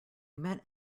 met